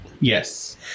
Yes